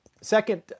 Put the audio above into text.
Second